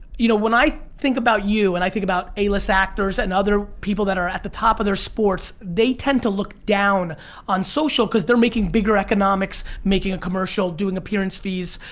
you know when i think about you and i think about a list actors and other people that are at the top of their sports they tend to look down on social cause they're making bigger economics, making a commercial, doing appearance fees,